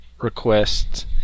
requests